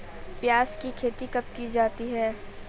प्याज़ की खेती कब की जाती है?